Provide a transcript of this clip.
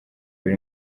iri